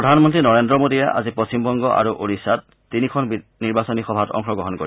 প্ৰধান মন্ত্ৰী নৰেন্দ্ৰ মোদীয়ে আজি পশ্চিম বংগ আৰু ওড়িশাত তিনিখন নিৰ্বাচনী সভাত অংশগ্ৰহণ কৰিব